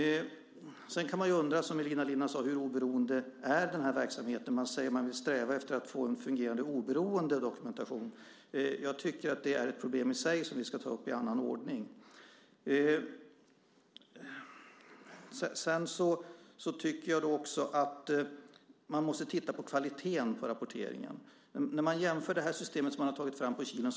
Sedan kan man ju undra, som Elina Linna sade, hur oberoende den här verksamheten är. Man säger att man vill sträva efter att få en fungerande oberoende dokumentation. Jag tycker att det är ett problem i sig som vi ska ta upp i annan ordning. Sedan tycker jag också att vi måste titta på kvaliteten på rapporteringen och jämföra med det system som man har tagit fram på Kilen.